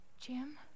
Jim